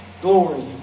glory